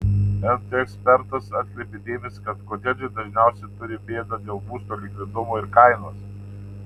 nt ekspertas atkreipė dėmesį kad kotedžai dažniausiai turi bėdą dėl būsto likvidumo ir kainos